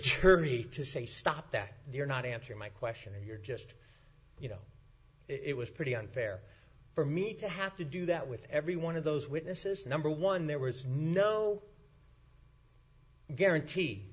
church to say stop that you're not answering my question or you're just you know it was pretty unfair for me to have to do that with every one of those witnesses number one there was no guarantee